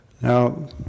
Now